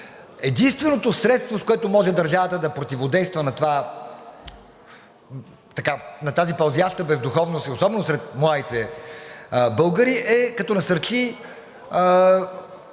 Единственото средство, с което може държавата да противодейства на тази пълзяща бездуховност и особено сред младите българи, е като насърчи